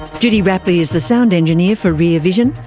judy rapley is the sound engineer for rear vision,